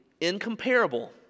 incomparable